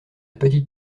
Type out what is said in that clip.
petite